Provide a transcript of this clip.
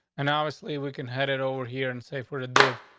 and obviously we can head it over here and say for the div,